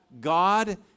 God